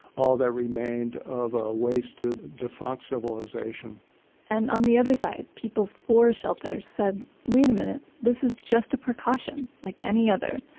all that remained of a wasted, defunct civilization and on the other side, people for shelters said, wait a minute. this is just a precaution like any other.